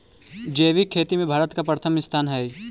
जैविक खेती में भारत के प्रथम स्थान हई